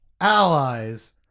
Allies